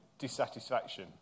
dissatisfaction